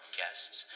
guests